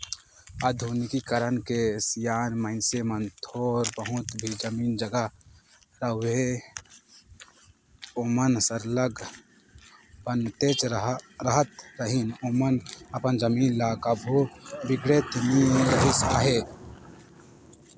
आधुनिकीकरन के सियान मइनसे मन थोर बहुत भी जमीन जगहा रअहे ओमन सरलग बनातेच रहत रहिन ओमन अपन जमीन ल कभू बिगाड़त नी रिहिस अहे